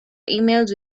emails